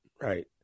Right